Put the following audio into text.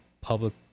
public